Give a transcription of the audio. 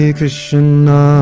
Krishna